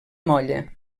molla